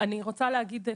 אני רוצה להגיד,